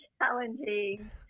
challenging